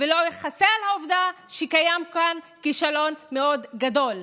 ולא יכסה על העובדה שקיים כאן כישלון מאוד גדול.